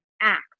act